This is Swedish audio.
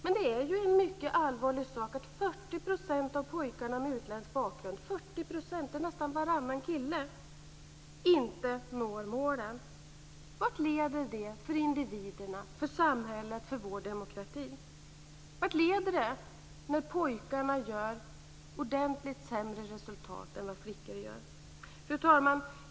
Men det är ju en mycket allvarlig sak att 40 % av pojkarna med utländsk bakgrund - nästan varannan kille - inte når målen. Vart leder det för individerna, för samhället och för vår demokrati? Vart leder det när pojkarna gör ordentligt sämre resultat än vad flickor gör? Fru talman!